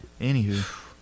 Anywho